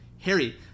Harry